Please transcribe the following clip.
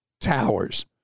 towers